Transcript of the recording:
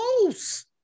close